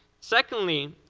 secondly,